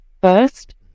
first